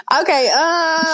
Okay